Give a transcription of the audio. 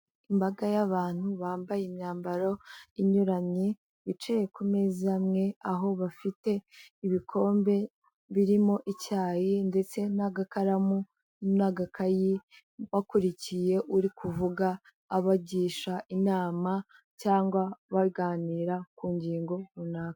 Imbaga y'abantu bambaye imyambaro inyuranye, bicaye ku meza amwe, aho bafite ibikombe birimo icyayi ndetse n'agakaramu n'agakayi, bakurikiye uri kuvuga, abagisha inama cyangwa baganira ku ngingo runaka.